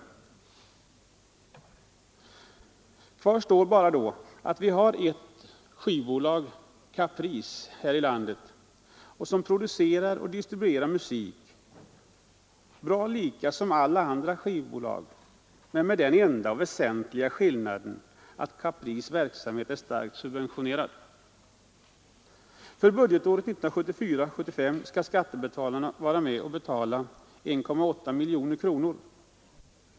Kvar står att det finns ett skivbolag, Caprice, som producerar och distribuerar musik som alla andra skivbolag men med den väsentliga skillnaden att Caprices verksamhet är starkt subventionerad. För budgetåret 1974/75 skall skattebetalarna erlägga 1,8 miljoner kronor.